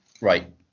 right